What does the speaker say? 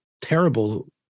terrible